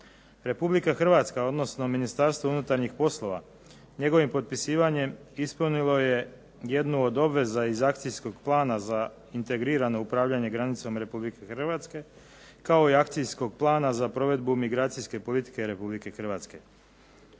Republika Hrvatska, odnosno Ministarstvo unutarnjih poslova njegovim potpisivanjem ispunilo je jednu od obveza iz akcijskog plana za integrirano upravljanje granicom RH, kao i akcijskog plana za provedbu migracijske politike RH. Sve